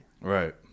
right